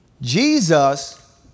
Jesus